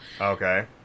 okay